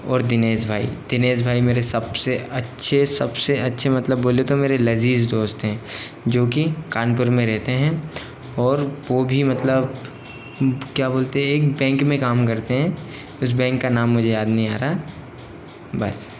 और दिनेश भाई दिनेश भाई मेरे सबसे अच्छे सबसे अच्छे मतलब बोले तो मेरे लजीज़ दोस्त हैं जो कि कानपुर में रहते हैं और वो भी मतलब क्या बोलते है एक बैंक में काम करते हैं उस बैंक का नाम मुझे याद नहीं आ रहा बस